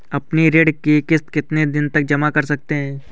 अपनी ऋण का किश्त कितनी दिनों तक जमा कर सकते हैं?